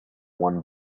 one